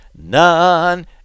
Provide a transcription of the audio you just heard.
none